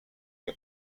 que